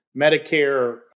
Medicare